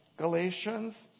Galatians